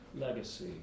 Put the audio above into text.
legacy